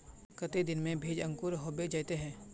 केते दिन में भेज अंकूर होबे जयते है?